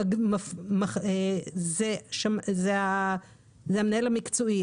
זה המנהל המקצועי.